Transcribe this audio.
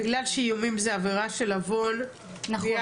בגלל שאיומים זאת עבירה של הוול והיא